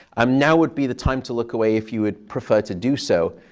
um now would be the time to look away if you would prefer to do so.